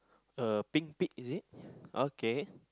a pink pig is it okay